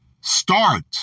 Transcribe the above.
start